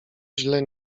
źle